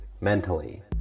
mentally